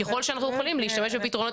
ככל שאנחנו יכולים להשתמש בפתרונות